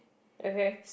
okay